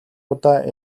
удаа